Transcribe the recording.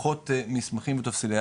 פחות מסמכים וטופסיאדה